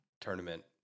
tournament